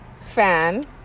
Fan